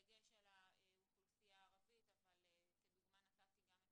בדגש על האוכלוסייה הערבית אבל כדוגמה נתתי גם את